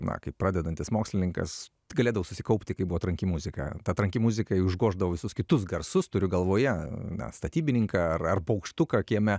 na kaip pradedantis mokslininkas galėdavau susikaupti kai buvo tranki muzika ta tranki muzika užgoždavo visus kitus garsus turiu galvoje na statybininką ar ar paukštuką kieme